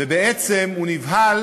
ובעצם הוא נבהל